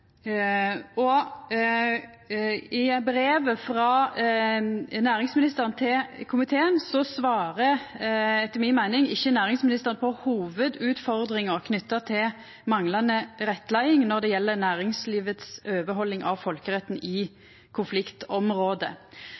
I brevet frå næringsministeren til komiteen svarer etter mi meining ikkje næringsministeren på hovudutfordringa knytt til manglande rettleiing når det gjeld næringslivet si oppfølging av folkeretten i